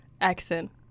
accent